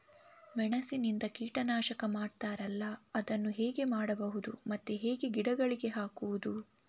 ಮೆಣಸಿನಿಂದ ಕೀಟನಾಶಕ ಮಾಡ್ತಾರಲ್ಲ, ಅದನ್ನು ಹೇಗೆ ಮಾಡಬಹುದು ಮತ್ತೆ ಹೇಗೆ ಗಿಡಗಳಿಗೆ ಹಾಕುವುದು?